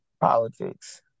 politics